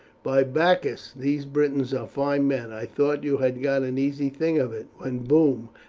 by bacchus, these britons are fine men! i thought you had got an easy thing of it, when boom!